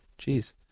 Jeez